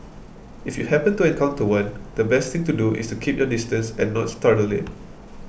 if you happen to encounter one the best thing to do is to keep your distance and not startle it